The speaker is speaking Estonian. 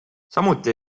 samuti